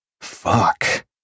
fuck